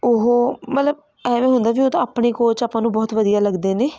ਉਹ ਮਤਲਬ ਐਵੇਂ ਹੁੰਦਾ ਵੀ ਉਹ ਤਾਂ ਆਪਣੇ ਕੋਚ ਆਪਾਂ ਨੂੰ ਬਹੁਤ ਵਧੀਆ ਲੱਗਦੇ ਨੇ